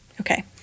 Okay